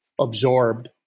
absorbed